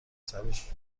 سرش